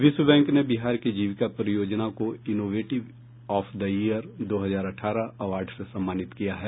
विश्व बैंक ने बिहार की जीविका परियोजना को इनोवेटिव ऑफ द ईयर दो हजार अठारह अवार्ड से सम्मानित किया है